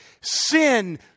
Sin